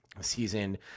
season